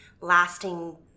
lasting